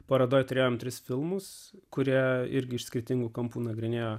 parodoje turėjome tris filmus kurie irgi iš skirtingų kampų nagrinėjo